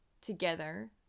together